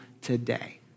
today